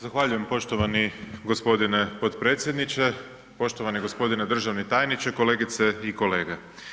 Zahvaljujem poštovani g. potpredsjedniče, poštovani g. državni tajniče, kolegice i kolege.